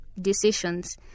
decisions